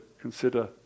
consider